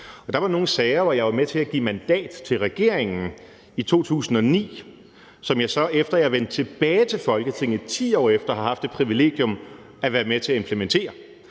Der var nogle sager, hvor jeg var med til at give mandat til regeringen i 2009, som jeg så, efter jeg vendte tilbage til Folketinget 10 år efter, har haft det privilegium at være med til at implementere.